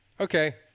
Okay